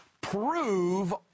Prove